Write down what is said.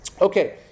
Okay